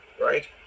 right